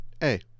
hey